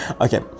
Okay